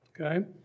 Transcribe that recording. Okay